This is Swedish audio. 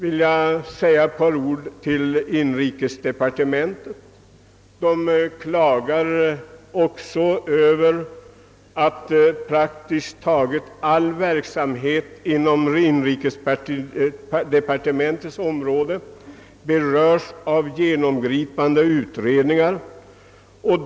Inom <:inrikesdepartementet klagar man Över att praktiskt taget all verksamhet där beröres av genomgripande utredningar.